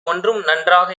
நன்றாக